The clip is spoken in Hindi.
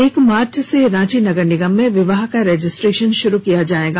एक मार्च से रांची नगर निगम में विवाह का रजिस्ट्रेशन शुरू किया जायेगा